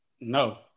No